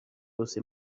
bose